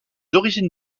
origines